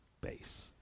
base